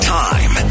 time